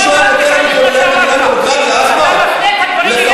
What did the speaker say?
מישהו היה נותן לנו פה לנהל מדינה ודמוקרטיה,